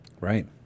Right